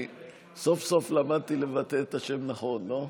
סוף-סוף למדתי לבטא את השם נכון, לא?